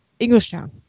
Englishtown